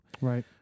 Right